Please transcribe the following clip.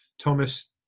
Thomas